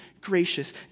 gracious